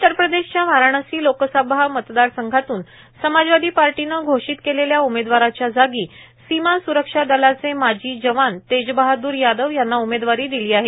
उत्तर प्रदेशच्या वाराणसी लोकसभा मतदारसंघातून समाजवादी पार्टीने घोषित केलेल्या उमेदवाराच्या जागी सीमा स्रक्षा दलाचे माजी जवान तेजबहाद्र यादव यांना उमेदवारी दिली आहे